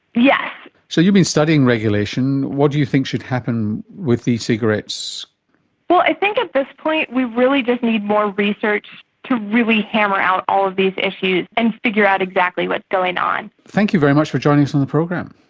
yes. so you've been studying regulation. what do you think should happen with ecigarettes? i think at this point we really just need more research to really hammer out all of these issues and figure out exactly what's going on. thank you very much for joining us on the program.